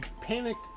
panicked